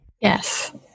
Yes